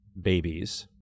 babies